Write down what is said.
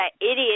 idiot